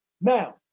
Now